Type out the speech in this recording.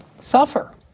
suffer